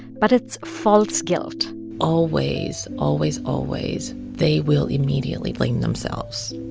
but it's false guilt always, always, always, they will immediately blame themselves.